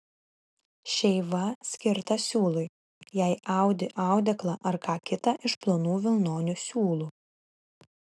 šeiva skirta siūlui jei audi audeklą ar ką kita iš plonų vilnonių siūlų